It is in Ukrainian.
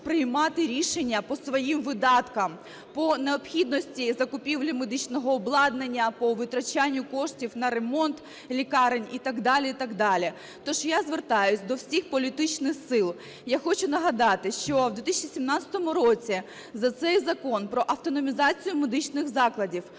приймати рішення по своїм видаткам, по необхідності закупівлі медичного обладнання, по витрачанню коштів на ремонт лікарень і так далі, і так далі. Тож я звертаюсь до всіх політичних сил. Я хочу нагадати, що в 2017 році за цей Закон про автономізацію медичних закладів